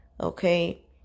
okay